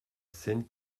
scène